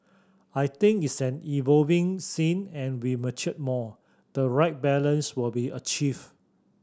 I think it's an evolving scene and we mature more the right balance will be achieved